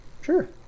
Sure